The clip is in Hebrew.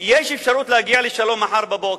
שיש אפשרות להגיע לשלום מחר בבוקר.